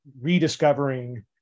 rediscovering